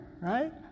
right